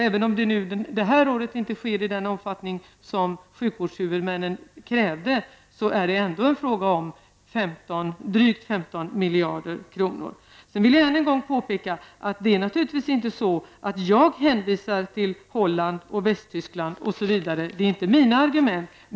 Även om det i år inte sker i den omfattning som sjukvårdshuvudmännen krävde är det ändå fråga om drygt 15 miljarder. Sedan vill jag än en gång påpeka att det naturligtvis inte är så att jag hänvisade till Holland, Västtyskland osv. Det är inte mina argument.